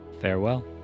farewell